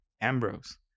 Ambrose